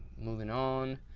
moving on.